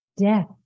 death